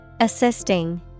Assisting